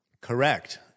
Correct